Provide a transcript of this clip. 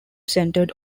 centered